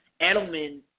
Edelman